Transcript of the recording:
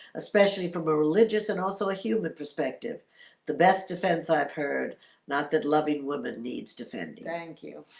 especially from a religious and also a human perspective the best defense i've heard not that loving women needs defending. thank you